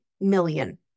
million